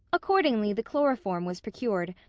accordingly the chloroform was procured,